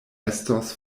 estos